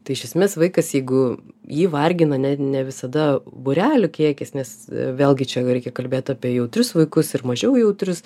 tai iš esmės vaikas jeigu jį vargina ne ne visada būrelių kiekis nes vėlgi čia jau reikia kalbėt apie jautrius vaikus ir mažiau jautrius